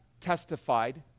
testified